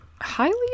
Highly